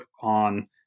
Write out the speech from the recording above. on